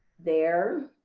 there,